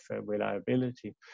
reliability